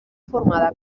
formada